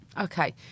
Okay